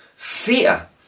fear